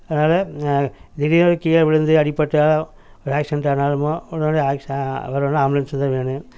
அதனால் திடீர்னு கீழே விழுந்து அடிபட்டாலோ ஆக்ஸிடென்ட் ஆனாலும் உடனே உடனே ஆக்ஸ வரணுன்னா ஆம்புலன்ஸு தான் வேணும்